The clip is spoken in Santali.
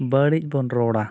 ᱵᱟᱹᱲᱤᱡ ᱵᱚᱱ ᱨᱚᱲᱟ